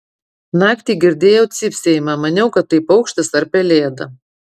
naktį girdėjau cypsėjimą maniau kad tai paukštis ar pelėda